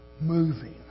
moving